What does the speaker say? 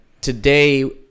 Today